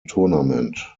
tournament